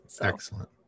Excellent